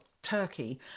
Turkey